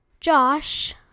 Josh